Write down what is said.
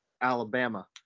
Alabama